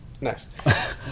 Nice